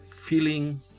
feeling